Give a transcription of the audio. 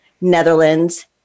Netherlands